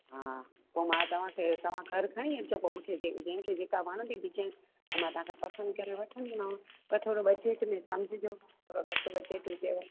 हा पोइ मां तव्हांखे इहो तव्हां घरु खणी अचिजो पोइ मूंखे जंहिंखे जेका वणंदी डिजाइन त मां तव्हांखां पसंद करे वठंदीमांव त थोड़ो बजट में सम्झजो थोड़ो घट बजट हुजे